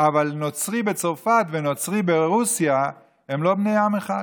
אבל נוצרי בצרפת ונוצרי ברוסיה הם לא בני עם אחד,